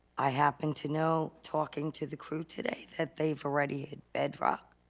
i happen to know, talking to the crew today that they've already hit bedrock,